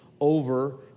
over